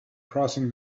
crossing